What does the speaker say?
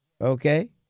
Okay